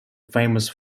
famous